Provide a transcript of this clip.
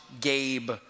Gabe